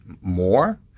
more